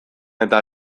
eta